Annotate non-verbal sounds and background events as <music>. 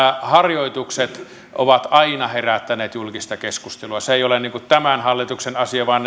harjoitukset ovat aina herättäneet julkista keskustelua se ei ole tämän hallituksen asia vaan <unintelligible>